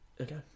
Okay